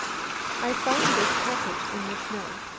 i found this package in the snow.